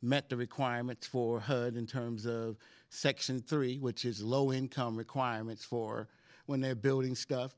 met the requirements for hood in terms of section three which is low income requirements for when they're building stuff